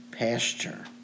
Pasture